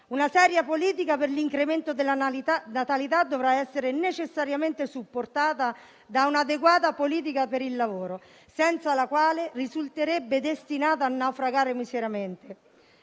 Una seria politica per l'incremento della natalità dovrà essere necessariamente supportata da un'adeguata politica per il lavoro, senza la quale risulterebbe destinata a naufragare miseramente.